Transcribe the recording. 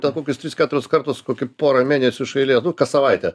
ten kokius tris keturis kartus kokį porą mėnesių iš eilės kas savaitę